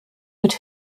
mit